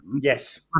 Yes